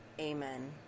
amen